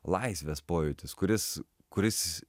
laisvės pojūtis kuris kuris